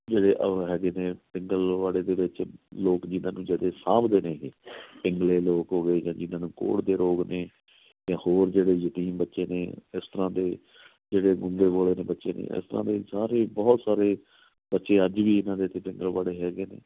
ਜਿਹੜੇ ਉਹ ਹੈਗੇ ਨੇ ਪਿੰਗਲਵਾੜੇ ਦੇ ਵਿੱਚ ਲੋਕ ਜਿਨ੍ਹਾਂ ਨੂੰ ਜਿਹੜੇ ਸਾਂਭਦੇ ਨੇਗੇ ਪਿੰਗਲੇ ਲੋਕ ਹੋ ਗਏ ਜਾਂ ਜਿਨ੍ਹਾਂ ਨੂੰ ਕੋਹੜ ਦੇ ਰੋਗ ਨੇ ਜਾਂ ਹੋਰ ਜਿਹੜੇ ਯਤੀਮ ਬੱਚੇ ਨੇ ਇਸ ਤਰ੍ਹਾਂ ਦੇ ਜਿਹੜੇ ਗੂੰਗੇ ਬੋਲੇ ਨੇ ਬੱਚੇ ਨੇ ਇਸ ਤਰ੍ਹਾਂ ਦੇ ਸਾਰੇ ਬਹੁਤ ਸਾਰੇ ਬੱਚੇ ਅੱਜ ਵੀ ਇਹਨਾਂ ਦੇ ਇੱਥੇ ਪਿੰਗਲਵਾੜੇ ਹੈਗੇ ਨੇ